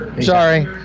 Sorry